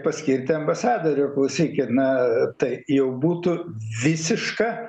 paskirti ambasadorių klausykit na tai jau būtų visiška